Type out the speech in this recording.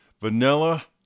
Vanilla